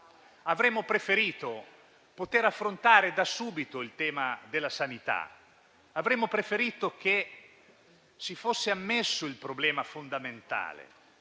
Avremmo preferito poter affrontare da subito il tema della sanità. Avremmo preferito che si fosse ammesso il problema fondamentale,